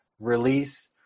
release